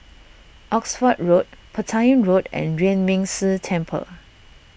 Oxford Road Petain Road and Yuan Ming Si Temple